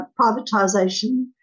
privatisation